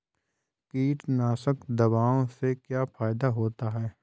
कीटनाशक दवाओं से क्या फायदा होता है?